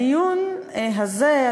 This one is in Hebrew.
הדיון הזה,